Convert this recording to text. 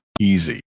easy